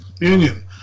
union